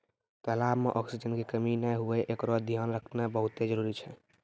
तलाब में ऑक्सीजन के कमी नै हुवे एकरोॅ धियान रखना बहुत्ते जरूरी छै